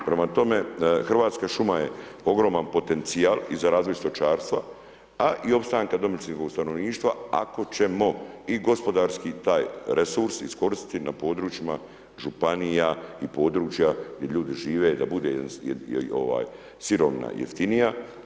Prema tome, hrvatska šuma je ogroman potencijal za razvoj stočarstva, a i opstanka domicilnog stanovništva, ako ćemo i gospodarski taj resurs iskoristiti na područjima županija i područja gdje ljudi žive, da bude sirovina jeftinija.